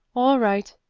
all right.